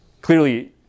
Clearly